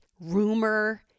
rumor